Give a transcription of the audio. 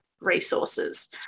resources